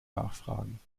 nachfragen